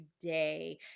today